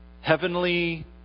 heavenly